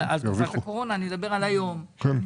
אני מדבר על היום,